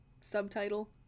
subtitle